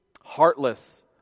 heartless